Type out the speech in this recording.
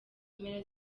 mpera